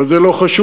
אבל זה לא חשוב.